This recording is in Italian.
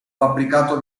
fabbricato